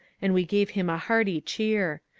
and we gave him a hearty cheer.